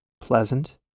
Pleasant